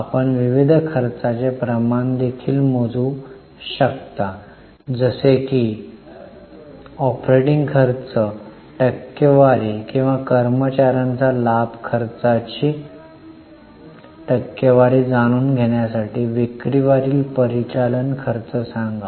आपण विविध खर्चाचे प्रमाण देखील मोजू शकता जसे की ऑपरेटिंग खर्च टक्केवारी किंवा कर्मचार्यांच्या लाभ खर्चाची टक्केवारी जाणून घेण्यासाठी विक्रीवरील परिचालन खर्च सांगा